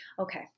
Okay